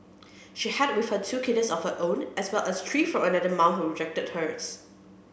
she had with her two kittens of her own as well as three from another mum who rejected hers